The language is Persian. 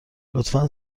لطفا